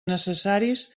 necessaris